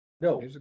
No